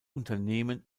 unternehmen